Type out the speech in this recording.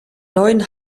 neuen